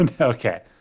Okay